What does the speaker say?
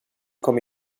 kom